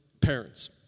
parents